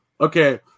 Okay